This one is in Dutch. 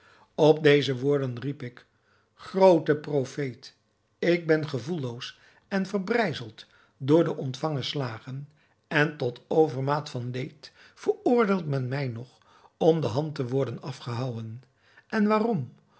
op deze woorden riep ik uit groote profeet ik ben gevoelloos en verbrijzeld door de ontvangen slagen en tot overmaat van leed veroordeelt men mij nog om de hand te worden afgehouwen en waarom